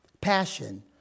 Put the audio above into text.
Passion